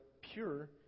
pure